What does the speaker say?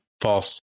False